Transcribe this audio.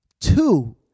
Two